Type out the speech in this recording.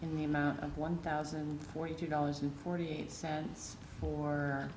in the amount of one thousand and forty two dollars and forty eight cents or